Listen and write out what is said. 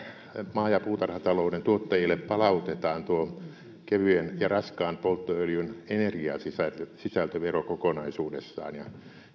maa ja puutarhatalouden tuottajille palautetaan tuo kevyen ja raskaan polttoöljyn energiasisältövero kokonaisuudessaan ja